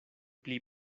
pli